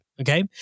Okay